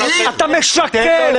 אתה משקר.